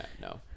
no